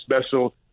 special